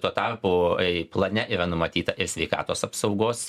tuo tarpu plane yra numatyta ir sveikatos apsaugos